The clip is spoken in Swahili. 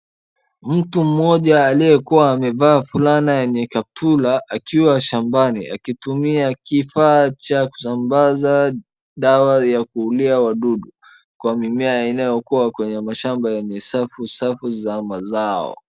Mtu mmoja aliyekuwa amevaa fulana yenye kaptura akiwa shambani akitumia kifaa cha kusambaza dawa ya kuulia wadudu kwa mimea inayokuwa kwenye mashamba yenye safu safu za mazao.